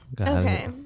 Okay